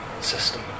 system